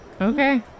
Okay